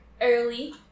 early